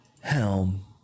helm